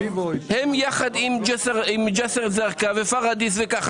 הם יחד עם ג'אסר א-זרקא ופרדיס וכו',